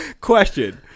Question